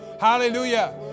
Hallelujah